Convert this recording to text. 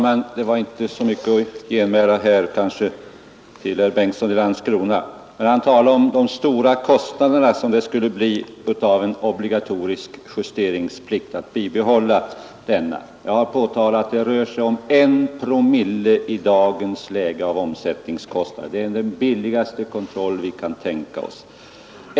Herr talman! Herr Bengtsson i Landskrona sade att det skulle föra med sig stora kostnader att behålla justeringsplikten. Jag har pätalat att i dagens läge rör det sig om en promille av omsättningen. Det är den billigaste kontroll vi kan tänka oss.